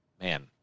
Man